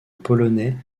polonais